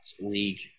league